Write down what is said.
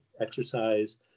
exercise